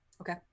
Okay